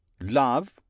Love